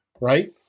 right